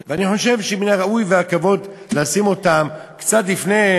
אני חושב שמן הראוי והכבוד לשים אותם קצת לפני